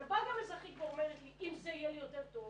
באה אזרחית ואומרת לי: אם זה יהיה לי יותר טוב,